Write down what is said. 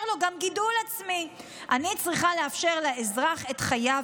לו גם גידול עצמי"; "אני צריכה לאפשר לאזרח את חייו,